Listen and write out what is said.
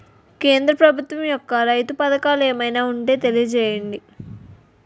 కేంద్ర ప్రభుత్వం యెక్క రైతు పథకాలు ఏమైనా ఉంటే తెలియజేయండి?